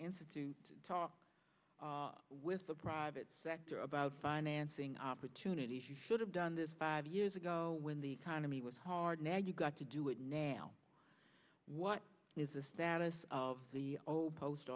institute to talk with the private sector about financing opportunities you should have done this five years ago when the economy was hard now you've got to do it now what is the status of the